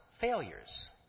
failures